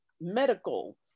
medical